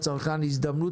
הצעה לסדר-היום